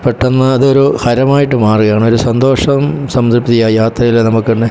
പെട്ടെന്ന് അതൊരു ഹരമായിട്ടു മാറുകയാണ് ഒരു സന്തോഷവും സംതൃപ്തി ആ യാത്രയിൽ നമുക്ക് കിട്ടുന്നത്